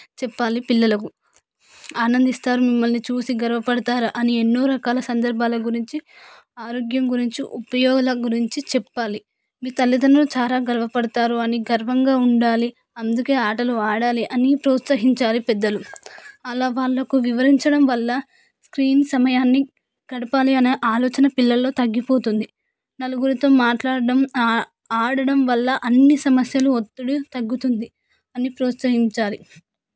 చెప్పాలి పిల్లలకు ఆనందిస్తారు మిమ్మల్ని చూసి గర్వపడతారు అని ఎన్నో రకాల సందర్భాల గురించి ఆరోగ్యం గురించి ఉపయోగాల గురించి చెప్పాలి మీ తల్లిదండ్రులు చాలా గర్వపడతారు అని గర్వంగా ఉండాలి అందుకే ఆటలు ఆడాలి అని ప్రోత్సహించాలి పెద్దలు అలా వాళ్ళకు వివరించడం వల్ల స్క్రీన్ సమయాన్ని గడపాలి అనే ఆలోచన పిల్లల్లో తగ్గిపోతుంది నలుగురితో మాట్లాడటం ఆడటం వల్ల అన్ని సమస్యలు ఒత్తిడి తగ్గుతుంది అని ప్రోత్సహించాలి